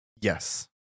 Yes